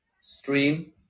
stream